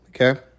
Okay